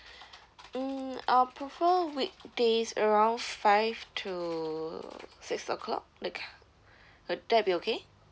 mm I'll prefer weekdays around five to six O clock like uh that'll be okay